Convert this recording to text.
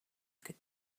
could